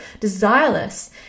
desireless